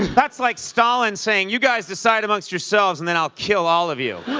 that's like stalin saying, you guys decide amongst yourselves and then i'll kill all of you.